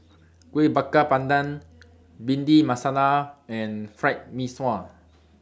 Kuih Bakar Pandan Bhindi Masala and Fried Mee Sua